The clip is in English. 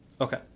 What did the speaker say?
Okay